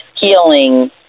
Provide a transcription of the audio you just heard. healing